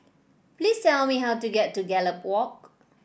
please tell me how to get to Gallop Walk